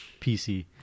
PC